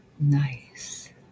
Nice